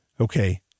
Okay